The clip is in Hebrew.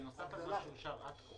זה נוסף על מה שאושר עד כה.